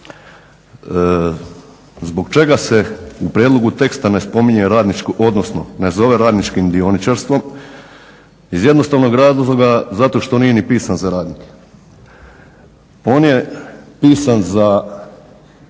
Zbog čega se u prijedlogu teksta ne spominje radničko, odnosno ne zove radničkim dioničarstvom iz jednostavnog razloga zato što nije ni pisan za radnike. On je pisan za